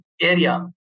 area